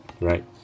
right